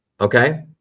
Okay